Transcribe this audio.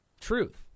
Truth